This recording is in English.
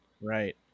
Right